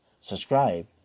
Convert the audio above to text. Subscribe